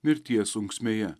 mirties unksmėje